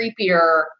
creepier